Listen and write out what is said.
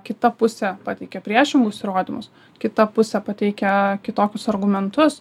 kita pusė pateikia priešingus įrodymus kita pusė pateikia kitokius argumentus